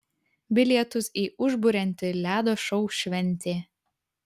bilietus į užburiantį ledo šou šventė